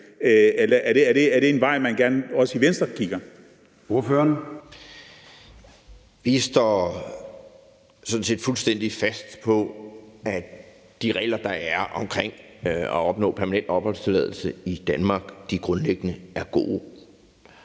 Ordføreren. Kl. 16:00 Hans Andersen (V): Vi står sådan set fuldstændig fast på, at de regler, der er omkring at opnå permanent opholdstilladelse i Danmark, grundlæggende er gode,